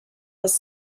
was